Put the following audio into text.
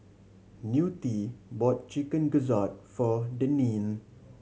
Newt bought Chicken Gizzard for Deneen